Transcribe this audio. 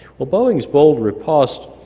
well, boeing's bold repost